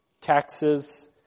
taxes